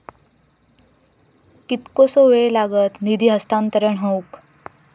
कितकोसो वेळ लागत निधी हस्तांतरण हौक?